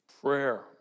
prayer